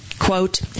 Quote